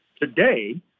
today